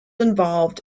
involved